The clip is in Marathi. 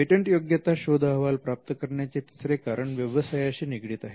पेटंटयोग्यता शोध अहवाल प्राप्त करण्याचे तिसरे कारण व्यवसायाशी निगडीत आहे